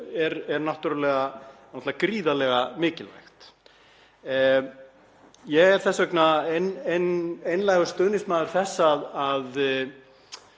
er náttúrlega gríðarlega mikilvægt. Ég er þess vegna einlægur stuðningsmaður þess að